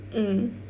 mm